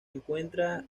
encuentra